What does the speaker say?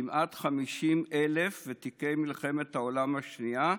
כמעט 50,000 ותיקי מלחמת העולם השנייה,